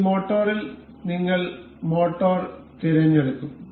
ഈ മോട്ടോറിൽ നിങ്ങൾ മോട്ടോർ തിരഞ്ഞെടുക്കും